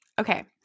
Okay